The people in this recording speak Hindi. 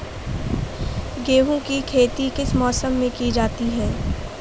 गेहूँ की खेती किस मौसम में की जाती है?